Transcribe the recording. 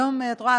את רואה,